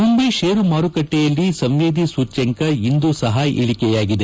ಮುಂಬೈ ಷೇರು ಮಾರುಕಟ್ಷೆಯಲ್ಲಿ ಸಂವೇದಿ ಸೂಚ್ಡಂಕ ಇಂದೂ ಸಪ ಇಳಕೆಯಾಗಿದೆ